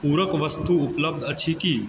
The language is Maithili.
पूरक वस्तु उपलब्ध अछि की